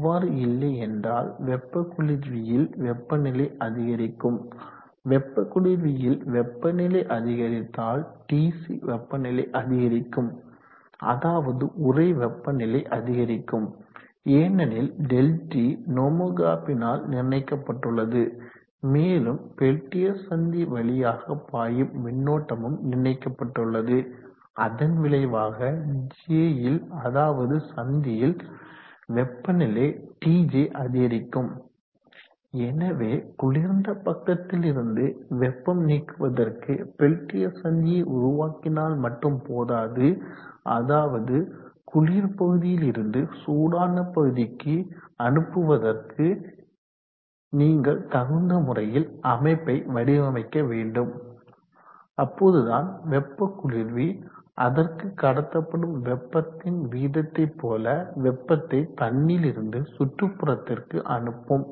அவ்வாறு இல்லை என்றால் வெப்ப குளிர்வியில் வெப்பநிலை அதிகரிக்கும் வெப்ப குளிர்வியில் வெப்பநிலை அதிகரித்தால் Tc வெப்பநிலை அதிகரிக்கும் அதாவது உறை வெப்பநிலை அதிகரிக்கும் ஏனெனில் ΔT நோமோக்ராப்பினால் நிர்ணயிக்கப்பட்டுள்ளது மேலும் பெல்டியர் சந்தி வழியாக பாயும் மின்னோட்டமும் நிர்ணயிக்கப்பட்டுள்ளது அதன் விளைவாக Jல் அதாவது சந்தியில் வெப்பநிலை TJ அதிகரிக்கும் எனவேகுளிர்ந்த பக்கத்திலிருந்து வெப்பம் நீக்குவதற்கு பெல்டியர் சந்தியை உருவாக்கினால் மட்டும் போதாது அதாவது குளிர் பகுதியில் இருந்து சூடான பகுதிக்கு அனுப்புவதற்கு நீங்கள் தகுந்த முறையில் அமைப்பை வடிவமைக்க வேண்டும் அப்போது தான் வெப்ப குளிர்வி அதற்கு கடத்தப்படும் வெப்பத்தின் வீதத்தை போல வெப்பத்தை தன்னிலிருந்து சுற்றுப்புறத்திற்கு அனுப்பும்